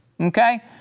Okay